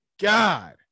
God